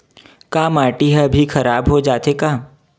का माटी ह भी खराब हो जाथे का?